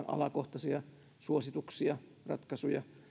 alakohtaisia suosituksia ratkaisuja